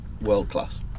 World-class